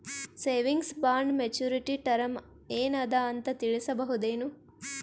Savings bond maturity term ಏನ ಅದ ಅಂತ ತಿಳಸಬಹುದೇನು?